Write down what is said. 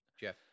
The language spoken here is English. Jeff